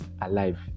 alive